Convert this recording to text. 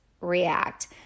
react